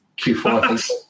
Q4